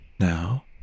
Now